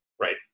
Right